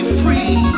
free